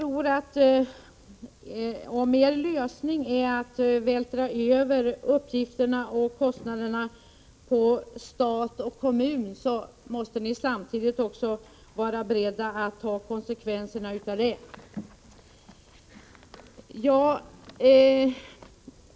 Om en lösning är att vältra över uppgifterna och kostnaderna på stat och kommun, måste vi samtidigt också vara beredda att ta konsekvenserna av detta.